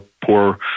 poor